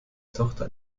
tochter